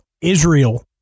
Israel